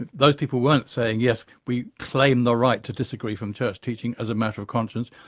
and those people weren't saying, yes we claim the right to disagree from church teaching as a matter of conscience.